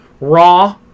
Raw